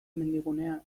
mendigunea